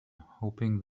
hoping